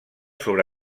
sobre